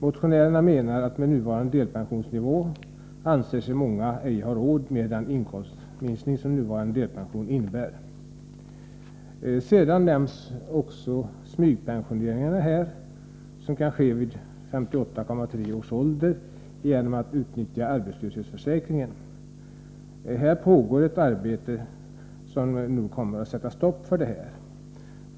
Motionärerna menar att många med nuvarande delpensionsnivå inte anser sig ha råd med den inkomstminskning en delpensionering innebär. Sedan nämns också smygpensioneringen vid 58,3 års ålder genom utnyttjande av arbetslöshetsförsäkringen. Det pågår ett arbete för att sätta stopp för detta.